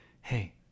Hey